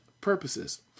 purposes